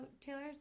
Taylor's